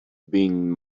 been